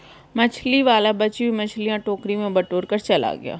मछली वाला बची हुई मछलियां टोकरी में बटोरकर चला गया